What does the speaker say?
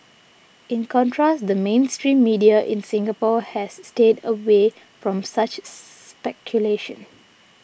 in contrast the mainstream media in Singapore has stayed away from such speculation